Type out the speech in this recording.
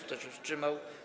Kto się wstrzymał?